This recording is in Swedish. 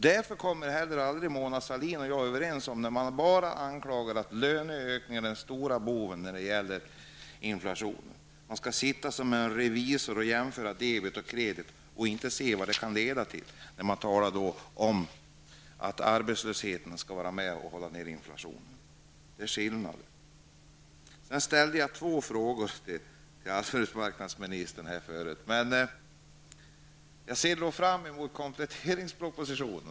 Därför kommer heller aldrig Mona Sahlin och jag överens -- när man bara anklagar och säger att löneökningar är den stora boven när det gäller inflationen. Man sitter som en revisor, jämför debet och kredit och ser inte vad det kan leda till när man talar om att arbetslösheten skall vara med och hålla nere inflationen. Jag ställde förut två frågor till arbetsmarknadsministern. Men jag ser fram mot kompletteringspropositionen.